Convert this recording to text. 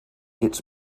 its